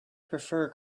prefer